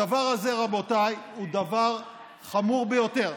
הדבר הזה, רבותיי, הוא דבר חמור ביותר.